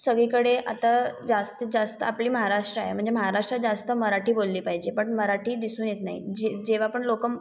सगळीकडे आता जास्तीत जास्त आपली महाराष्ट्र आहे म्हणजे महाराष्ट्रात जास्त मराठी बोलली पाहिजे पण मराठी दिसून येत नाही जे जेव्हापण लोकं